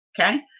Okay